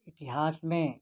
इतिहास में